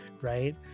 right